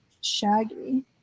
Shaggy